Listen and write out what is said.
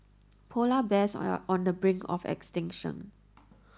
polar bears are on the brink of extinction